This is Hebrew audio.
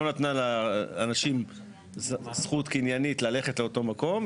נתנה לאנשים זכות קניינית ללכת לאותו מקום,